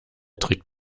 trick